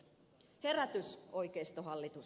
herätys oikeistohallitus